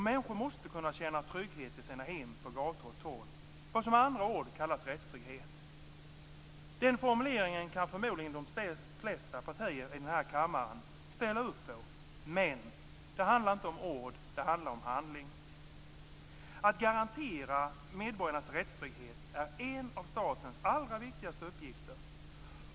Människor måste kunna känna trygghet i sina hem och på gator och torg - vad som med ett annat ord kallas rättstrygghet. Den formuleringen kan förmodligen de flesta partier i den här kammaren ställa upp på, men det handlar inte om ord utan om handling. Att garantera medborgarnas rättstrygghet är en av statens allra viktigaste uppgifter.